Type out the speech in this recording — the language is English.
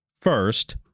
First